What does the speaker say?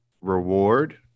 reward